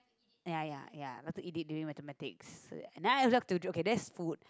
ya ya ya like eat it during Mathematics and then I love to do okay that's food